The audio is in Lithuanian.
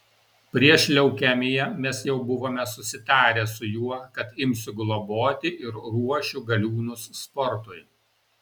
prieš leukemiją mes jau buvome susitarę su juo kad imsiu globoti ir ruošiu galiūnus sportui